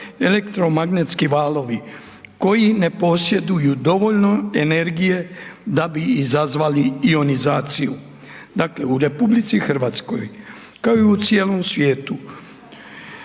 elektromagnetski valovi koji ne posjeduju dovoljno energije da bi izazvali ionizaciju. Dakle, u RH kao i u cijelom svijetu